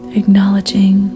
acknowledging